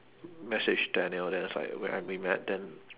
message daniel then it's like where I we met then